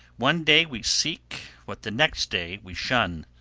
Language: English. one day we seek what the next day we shun.